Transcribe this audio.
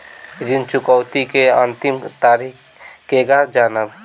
ऋण चुकौती के अंतिम तारीख केगा जानब?